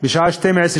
בשעה 12:00,